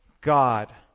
God